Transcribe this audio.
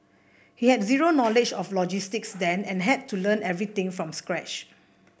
he had zero knowledge of logistics then and had to learn everything from scratch